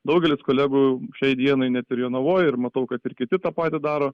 daugelis kolegų šiai dienai net ir jonavoj ir matau kad ir kiti tą patį daro